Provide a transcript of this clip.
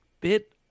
bit